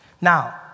Now